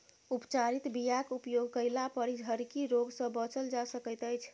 उपचारित बीयाक उपयोग कयलापर झरकी रोग सँ बचल जा सकैत अछि